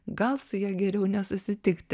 gal su ja geriau nesusitikti